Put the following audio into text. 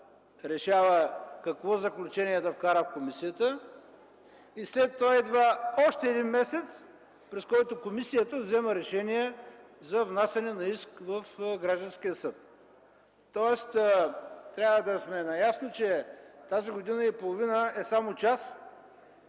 решава какво заключение да вкара в комисията, и след това идва още един месец, през който комисията взема решение за внасяне на иск в гражданския съд. Тоест трябва да сме наясно, че тази година и половина е само част